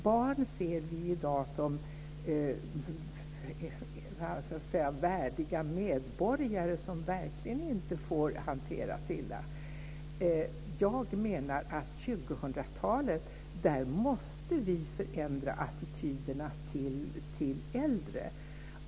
Vi ser i dag barn som värdiga medborgare som verkligen inte får hanteras illa. Jag menar att vi under 2000-talet måste förändra attityderna till äldre.